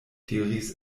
diris